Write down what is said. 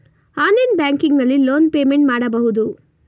online banking ನಲ್ಲಿ loan payment ಮಾಡಬಹುದು